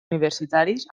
universitaris